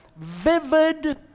vivid